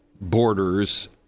borders